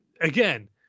Again